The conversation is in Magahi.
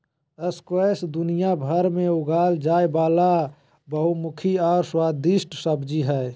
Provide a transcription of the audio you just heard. स्क्वैश दुनियाभर में उगाल जाय वला बहुमुखी और स्वादिस्ट सब्जी हइ